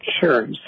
Sure